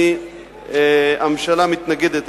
הממשלה מתנגדת,